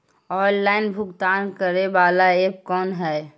Online भुगतान करे बाला ऐप कौन है?